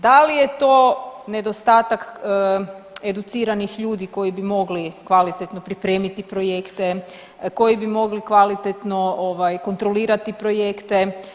Da li je to nedostatak educiranih ljudi koji bi mogli kvalitetno pripremiti projekte, koji bi mogli kvalitetno kontrolirati projekte?